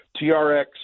TRX